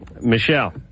Michelle